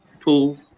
two